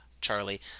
Charlie